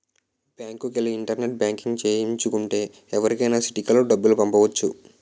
బ్యాంకుకెల్లి internet banking సేయించు కుంటే ఎవరికైనా సిటికలో డబ్బులు పంపొచ్చును